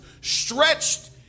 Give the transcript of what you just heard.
stretched